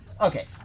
Okay